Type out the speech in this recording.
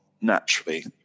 naturally